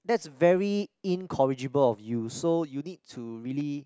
that's very incorrigible of you so you need to really